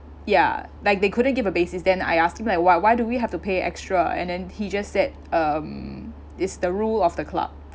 ya like they couldn't give a basis then I asked him like why why do we have to pay extra and then he just said um it's the rule of the club